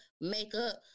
makeup